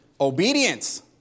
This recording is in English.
Obedience